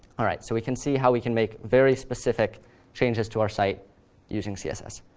all right. so we can see how we can make very specific changes to our site using css.